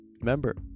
remember